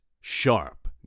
sharp